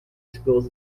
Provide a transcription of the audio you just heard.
schools